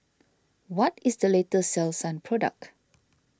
what is the latest Selsun product